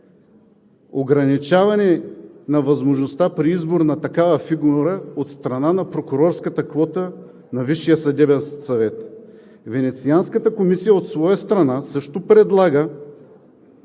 ограничаване на възможността при избора на такава фигура от страна на прокурорската квота на Висшия съдебен съвет. Венецианската комисия от своя страна предлага